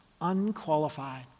unqualified